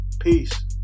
Peace